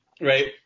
right